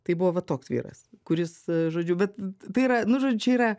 tai buvo va toks vyras kuris žodžiu bet tai yra nu žodžiu čia yra